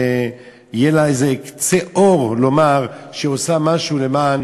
ויהיה לה איזה קצה אור לומר שהיא עושה משהו למען